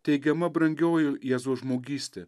teigiama brangioji jėzaus žmogystė